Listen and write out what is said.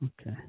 Okay